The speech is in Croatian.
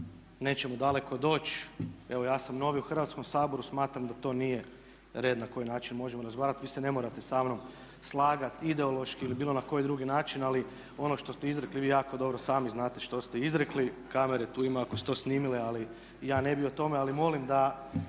nećemo daleko doći. Evo ja sam novi u Hrvatskom saboru. Smatram da to nije red na koji način možemo razgovarati. Vi se ne morate sa mnom slagati ideološki ili bilo na koji drugi način, ali ono što ste izrekli vi jako dobro sami znate što ste izrekli. Kamere tu imaju ako su to snimile, ali ja ne bi o tome. Ali molim da